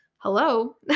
hello